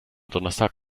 donnerstag